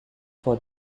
for